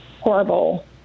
horrible